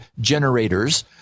generators